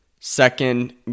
Second